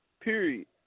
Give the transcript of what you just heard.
period